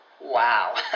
Wow